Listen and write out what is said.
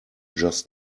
just